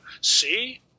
see